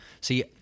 See